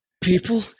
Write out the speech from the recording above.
people